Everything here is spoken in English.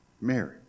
Mary